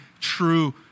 true